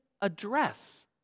address